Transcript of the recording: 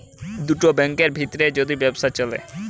দুটা ব্যাংকের ভিত্রে যদি ব্যবসা চ্যলে